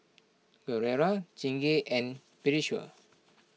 Gilera Chingay and Pediasure